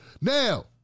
Now